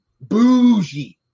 bougie